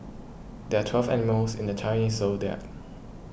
there are twelve animals in the Chinese zodiac